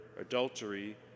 adultery